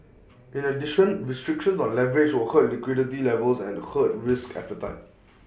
in addition restrictions on leverage will hurt liquidity levels and hurt risk appetite